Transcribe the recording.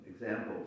Examples